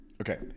Okay